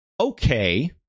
okay